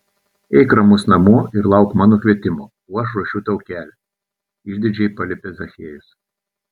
eik ramus namo ir lauk mano kvietimo o aš ruošiu tau kelią išdidžiai paliepė zachiejus